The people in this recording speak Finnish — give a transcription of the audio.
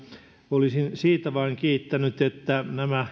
olisin vain kiittänyt siitä että